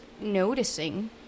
noticing